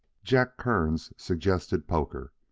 jack kearns suggested poker.